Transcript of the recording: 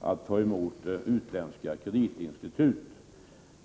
att ta emot utländska kreditinstitut.